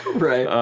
right.